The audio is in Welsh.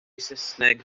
saesneg